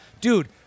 dude